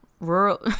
Rural